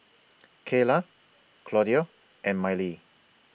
Kaela Claudio and Mylee